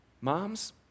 Moms